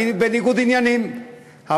אני בניגוד עניינים,